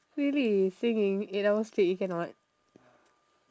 really singing eight hours straight you cannot